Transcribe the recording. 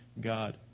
God